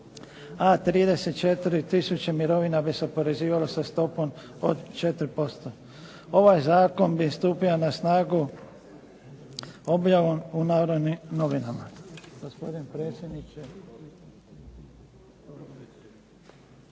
a 34 tisuće mirovina bi se oporezivalo sa stopom od 4%. Ovaj zakon bi stupio na snagu objavom u "Narodnim novinama".